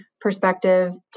perspective